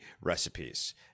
recipes